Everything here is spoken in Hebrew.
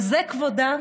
הזה כבודה?